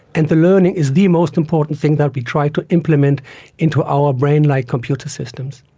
and the learning is the most important thing that we try to implement into our brain-like computer systems.